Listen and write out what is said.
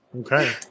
Okay